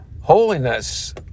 Holiness